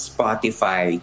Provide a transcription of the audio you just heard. Spotify